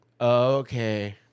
okay